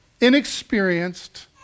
inexperienced